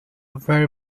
very